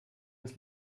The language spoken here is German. uns